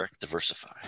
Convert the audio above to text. diversify